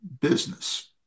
business